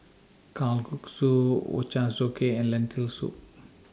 Kalguksu Ochazuke and Lentil Soup